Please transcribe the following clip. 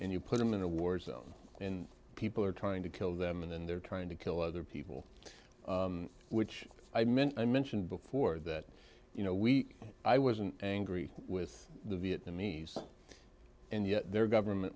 and you put them in a war zone in people are trying to kill them and then they're trying to kill other people which i meant i mentioned before that you know we i was angry with the vietnamese and yet their government